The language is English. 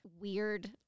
weird